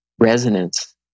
resonance